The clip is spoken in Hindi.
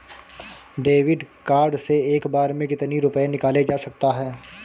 डेविड कार्ड से एक बार में कितनी रूपए निकाले जा सकता है?